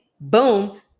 boom